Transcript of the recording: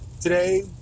today